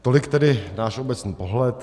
Tolik tedy náš obecný pohled.